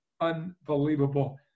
unbelievable